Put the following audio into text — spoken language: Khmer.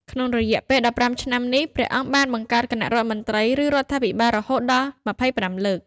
ក្នុងរយៈពេល ១៥ ឆ្នាំនេះ ព្រះអង្គបានបង្កើតគណៈរដ្ឋមន្ត្រី ឬរដ្ឋាភិបាលរហូតដល់ ២៥ លើក។